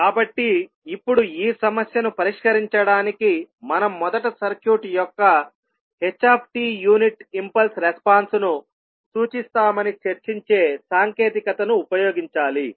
కాబట్టి ఇప్పుడు ఈ సమస్యను పరిష్కరించడానికి మనం మొదట సర్క్యూట్ యొక్క hయూనిట్ ఇంపల్స్ రెస్పాన్స్ ను సూచిస్తామని చర్చించే సాంకేతికతను ఉపయోగించాలి